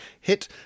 hit